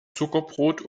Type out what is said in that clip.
zuckerbrot